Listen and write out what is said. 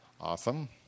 Awesome